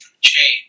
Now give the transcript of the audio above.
chain